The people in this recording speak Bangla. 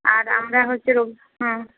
আর আমরা হচ্ছে রবি হুম